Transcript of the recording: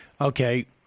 okay